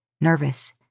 nervous